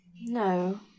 No